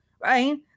Right